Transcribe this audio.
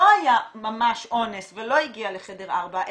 לא היה ממש אונס ולא הגיעה לחדר 4,